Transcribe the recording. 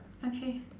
okay